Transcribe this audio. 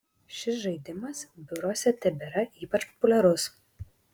šis žaidimas biuruose tebėra ypač populiarus